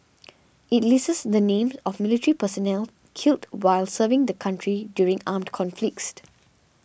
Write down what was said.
it lists the names of militure personnel killed while serving the country during armed conflicts the